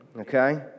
Okay